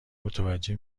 متوجه